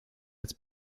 als